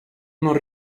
non